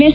S